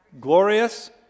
glorious